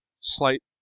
slight